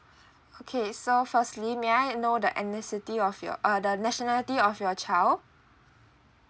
okay so firstly may I know the of your uh the nationality of your child